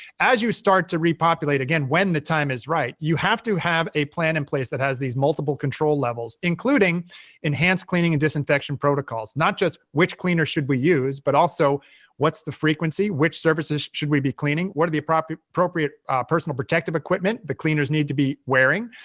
as you start to repopulate again, when the time is right, you have to have a plan in place that has these multiple control levels, including enhanced cleaning and disinfection protocols not just which cleaner should we use, but also what's the frequency, which services should we be cleaning? what are the appropriate appropriate personal protective equipment the cleaners need to be wearing?